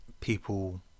people